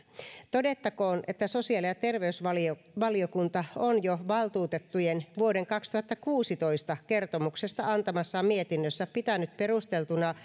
todettakoon että sosiaali ja terveysvaliokunta on jo valtuutettujen vuoden kaksituhattakuusitoista kertomuksesta antamassaan mietinnössä pitänyt perusteltuna